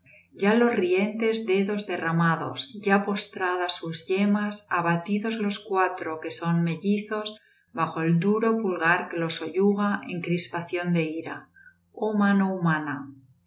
ya los rientes dedos derramados ya postradas sus yemas abatidos los cuatro que son mellizos bajo el duro pulgar que los soyuga en crispación de ira oh mano humana